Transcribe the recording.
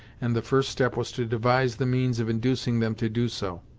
and the first step was to devise the means of inducing them to do so.